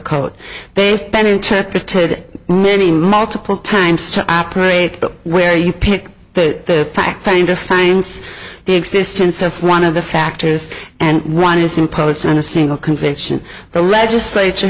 coat they've been interpreted many multiple times to operate where you pick the fact finder finds the existence of one of the factors and one is imposed on a single conviction the legislature